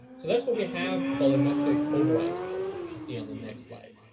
so that's what we have volumetric overrides for, which you see on the next slide.